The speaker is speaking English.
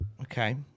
Okay